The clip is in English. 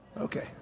Okay